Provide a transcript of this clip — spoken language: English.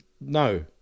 no